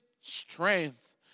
strength